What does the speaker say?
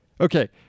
Okay